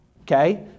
okay